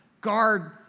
guard